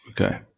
Okay